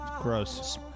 Gross